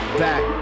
back